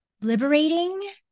liberating